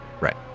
Right